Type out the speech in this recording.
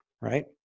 right